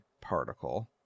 particle